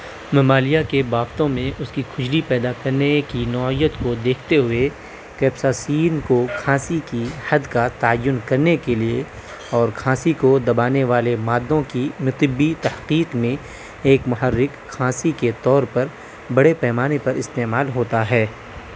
ممالیہ کے بافتوں میں اس کی کھجلی پیدا کرنے کی نوعیت کو دیکھتے ہوئے کیپساسین کو کھانسی کی حد کا تعین کرنے کے لیے اور کھانسی کو دبانے والے مادوں کی مطبی تحقیق میں ایک محرک کھانسی کے طور پر بڑے پیمانے پر استعمال ہوتا ہے